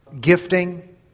gifting